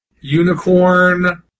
unicorn